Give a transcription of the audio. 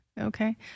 Okay